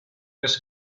his